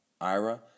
Ira